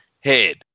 head